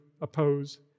oppose